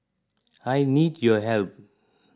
I need your help